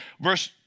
Verse